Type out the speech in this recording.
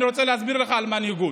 אני רוצה להסביר לך על מנהיגות.